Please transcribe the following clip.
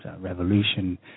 revolution